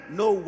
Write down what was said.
no